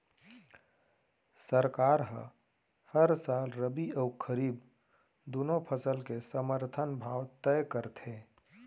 सरकार ह हर साल रबि अउ खरीफ दूनो फसल के समरथन भाव तय करथे